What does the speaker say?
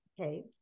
Okay